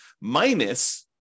minus